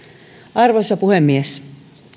arvoisa puhemies